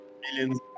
millions